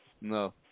No